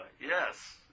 Yes